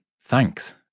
Thanks